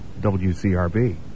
WCRB